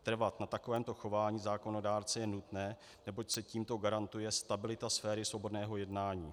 Trvat na takovémto chování zákonodárce je nutné, neboť se tímto garantuje stabilita sféry svobodného jednání.